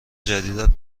جدیدت